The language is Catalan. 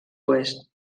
oest